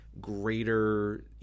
greater